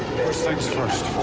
things first.